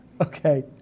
Okay